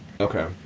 Okay